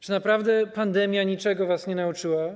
Czy naprawdę pandemia niczego was nie nauczyła?